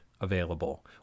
available